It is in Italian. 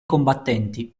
combattenti